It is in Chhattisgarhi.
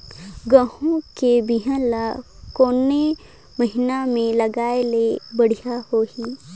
गहूं के बिहान ल कोने महीना म लगाय ले बढ़िया होही?